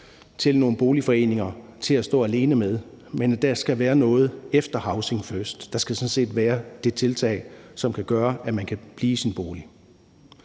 til nogle boligforeninger, der så kan stå alene med dem, for der skal være noget efter housing first, der skal være de tiltag, som kan gøre, at man kan blive i sin bolig.